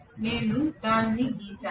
నేను దానిని గీసాను